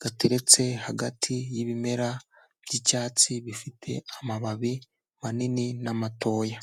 gateretse hagati y'ibimera by'icyatsi bifite amababi manini n' amatoya.